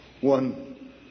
One